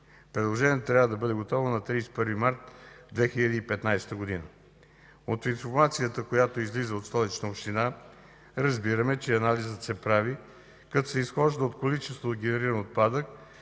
Предложението трябва да бъде готово на 31 март 2015 г. От информацията, която излиза от Столична община, разбираме, че анализът се прави, като се изхожда от количество генериран отпадък